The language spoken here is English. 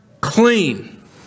clean